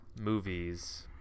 movies